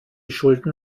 schulden